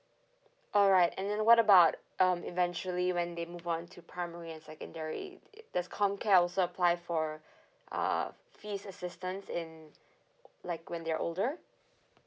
alright and then what about um eventually when they move on to primary and secondary it does com care also apply for uh fees assistance in like when they're older